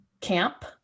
camp